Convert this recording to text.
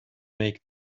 make